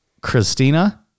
Christina